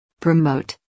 promote